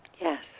Yes